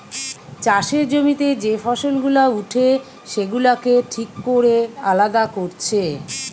চাষের জমিতে যে ফসল গুলা উঠে সেগুলাকে ঠিক কোরে আলাদা কোরছে